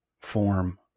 form